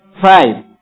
Five